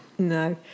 No